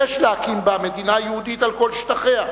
יש להקים בה מדינה יהודית, על כל שטחיה,